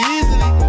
Easily